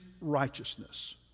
righteousness